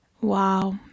Wow